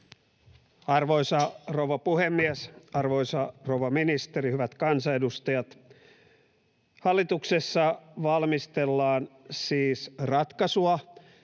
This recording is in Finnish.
Arvoisa rouva puhemies, arvoisa rouva ministeri, hyvät kansanedustajat! Hallituksessa valmistellaan siis ratkaisua,